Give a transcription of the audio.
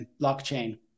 blockchain